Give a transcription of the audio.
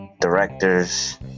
directors